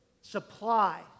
supply